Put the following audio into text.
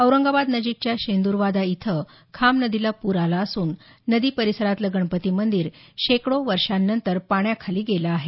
औरंगाबादनजीकच्या शेंदूरवादा इथं खाम नदीला पूर आला असून नदी परिसरातलं गणपती मंदिर शेकडो वर्षांनंतर पाण्याखाली गेलं आहे